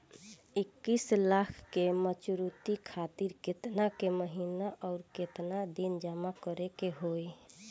इक्कीस लाख के मचुरिती खातिर केतना के महीना आउरकेतना दिन जमा करे के होई?